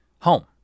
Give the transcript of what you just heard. home